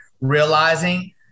realizing